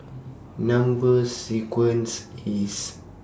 Number sequence IS